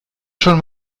schon